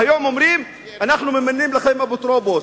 והיום אומרים: אנחנו ממנים לכם אפוטרופוס,